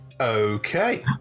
Okay